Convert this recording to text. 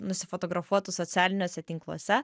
nusifotografuotų socialiniuose tinkluose